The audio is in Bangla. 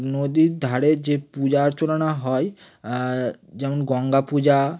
নদীর ধারে যে পূজা আর্চনা না হয় যেমন গঙ্গা পূজা